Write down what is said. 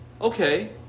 Okay